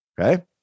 okay